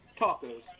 tacos